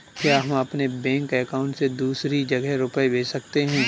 क्या हम अपने बैंक अकाउंट से दूसरी जगह रुपये भेज सकते हैं?